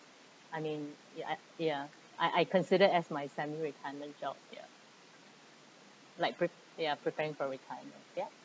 I mean ya I ya I I consider as my semi-retirement job ya like prepa~ preparing for retirement ya